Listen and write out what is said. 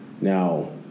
Now